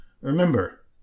remember